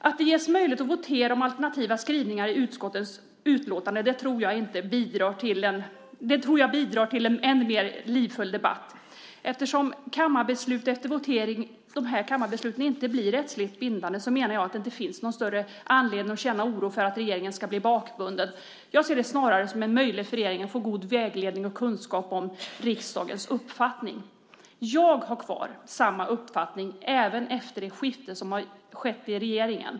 Att det ges möjlighet att votera om alternativa skrivningar i utskottens betänkanden tror jag bidrar till en än mer livfull debatt. Eftersom dessa kammarbeslut inte blir rättsligt bindande menar jag att det inte finns någon större anledning att känna oro för att regeringen ska bli bakbunden. Jag ser det snarare som en möjlighet för regeringen att få god vägledning och kunskap om riksdagens uppfattning. Jag har kvar samma uppfattning även efter regeringsskiftet.